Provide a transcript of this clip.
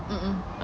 mmhmm